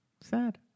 Sad